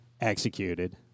executed